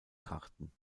karten